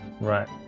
Right